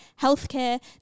healthcare